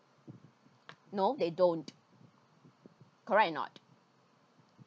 no they don't correct or not